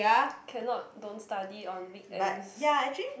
cannot don't study on weekends